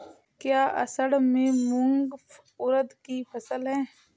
क्या असड़ में मूंग उर्द कि फसल है?